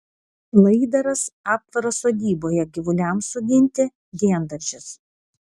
laidaras aptvaras sodyboje gyvuliams suginti diendaržis